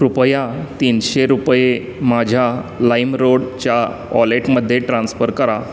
कृपया तीनशे रुपये माझ्या लाईमरोडच्या वॉलेटमध्ये ट्रान्स्फर करा